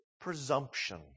presumption